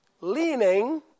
leaning